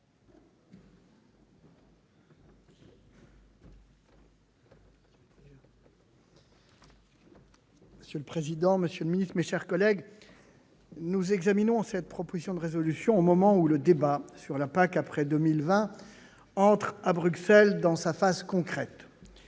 Monsieur le président, monsieur le ministre, mes chers collègues, nous examinons cette proposition de résolution au moment où le débat sur la PAC après 2020 entre à Bruxelles dans sa phase concrète.